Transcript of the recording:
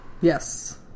Yes